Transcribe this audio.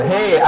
Hey